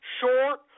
short